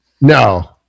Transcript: No